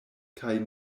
kaj